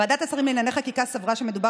ועדת השרים לענייני חקיקה סברה שמדובר